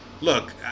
look